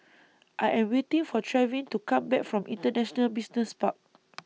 I Am waiting For Trevin to Come Back from International Business Park